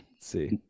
See